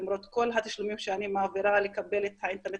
למרות כל התשלומים שאני מעבירה לקבל את האינטרנט